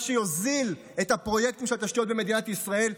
מה שיוזיל את הפרויקטים של התשתיות במדינת ישראל,